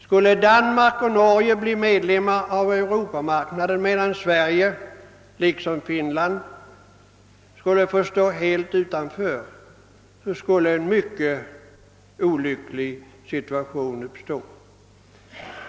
Skulle Danmark och Norge bli medlemmar av Europamarknaden medan Sverige — liksom Finland — finge stå helt utanför, skulle en mycket olycklig situation uppstå.